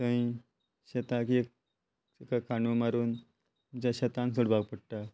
थंय शेतांक एका काणू मारून शेतांत सोडपाक पडटा